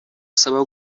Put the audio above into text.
asaba